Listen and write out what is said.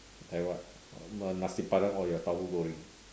like what nasi padang or your tauhu goreng